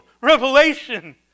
Revelation